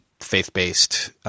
faith-based